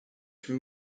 from